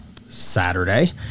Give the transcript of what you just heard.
Saturday